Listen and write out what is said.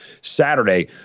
Saturday